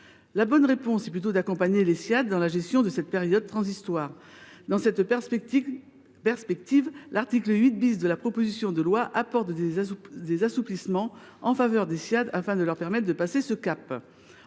La bonne réponse est plutôt d’accompagner les Ssiad dans la gestion de cette période transitoire. Dans cette perspective, l’article 8 de la proposition de loi apporte des assouplissements afin de leur permettre de passer ce cap.